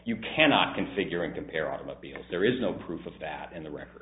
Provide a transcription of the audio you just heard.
you cannot configuring compare automobiles there is no proof of that and the wrec